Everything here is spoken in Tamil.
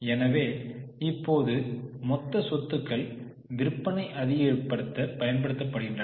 எனவே இப்போது மொத்த சொத்துக்கள் விற்பனை அதிகப்படுத்த பயன்படுத்தப்படுகின்றன